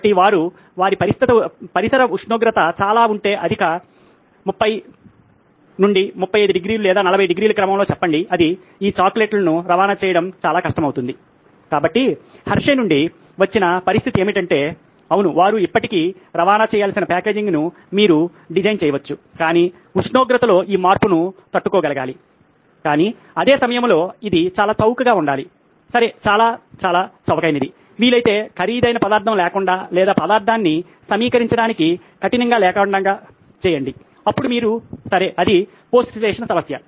కాబట్టి వారి పరిసర ఉష్ణోగ్రత చాలా ఉంటే అధిక 30 35 డిగ్రీలు లేదా 40 డిగ్రీల క్రమంలో చెప్పండి ఇది ఈ చాక్లెట్లును రవాణా చేయడం చాలా కష్టమవుతుంది కాబట్టి హెర్షే నుండి వచ్చిన పరిస్థితి ఏమిటంటే అవును వారు ఇప్పటికే రవాణా చేయాల్సిన ప్యాకేజింగ్ను మీరు డిజైన్ చేయవచ్చు కానీ ఉష్ణోగ్రతలో ఈ మార్పును తట్టుకోగలగాలి కానీ అదే సమయంలో ఇది చాలా చౌకగా ఉండాలి సరే చాలా చాలా చవకైనది వీలైతే ఖరీదైన పదార్థం లేకుండా లేదా పదార్థాన్ని సమీకరించటానికి కఠినంగా లేకుండా చేయండి అప్పుడు మీరు సరే అది పోస్ట్ చేసిన సమస్య